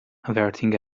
averting